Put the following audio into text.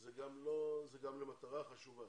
וזה גם למטרה חשובה.